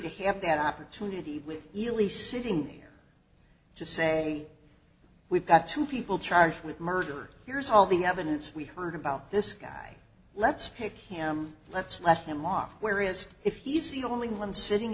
to have that opportunity with ealy sitting here to say we've got two people charged with murder here's all the evidence we've heard about this guy let's pick him let's let him off where it's if he's the only one sitting